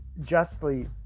justly